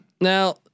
Now